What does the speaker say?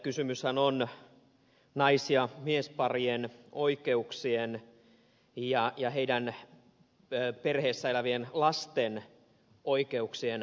kysymyshän on nais ja miesparien oikeuksien ja heidän perheessään elävien lasten oikeuksien vahvistamisesta